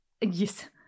Yes